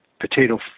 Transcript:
potato